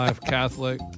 Catholic